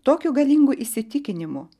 tokiu galingu įsitikinimu